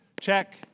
check